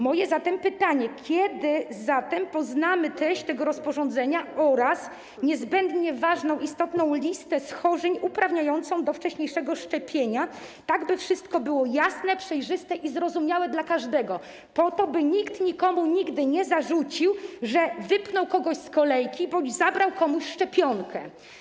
Moje pytanie: Kiedy zatem poznamy treść tego rozporządzenia oraz niezbędnie ważną, istotną listę schorzeń uprawniających do wcześniejszego szczepienia, tak by wszystko było jasne, przejrzyste i zrozumiałe dla każdego, by nikt nikomu nigdy nie zarzucił, że wypchnął on kogoś z kolejki bądź zabrał komuś szczepionkę.